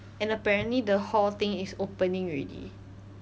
and apparently the hall thing is opening already